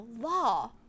law